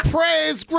Praise